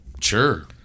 Sure